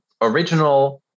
original